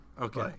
Okay